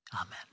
Amen